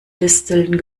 disteln